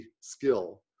skill